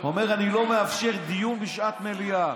והוא אומר: אני לא מאפשר דיון בשעת מליאה.